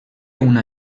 una